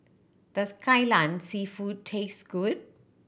does Kai Lan Seafood taste good